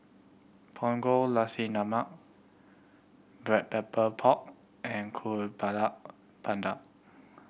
Punggol Nasi Lemak Black Pepper Pork and Kuih Bakar Pandan